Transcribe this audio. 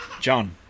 John